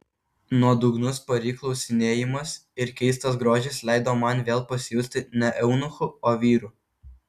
nuodugnus pari klausinėjimas ir keistas grožis leido man vėl pasijusti ne eunuchu o vyru